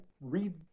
read